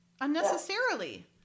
unnecessarily